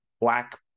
black